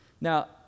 Now